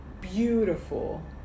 beautiful